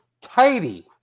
tidy